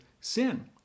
sin